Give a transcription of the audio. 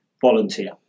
Volunteer